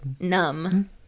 numb